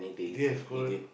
yes correct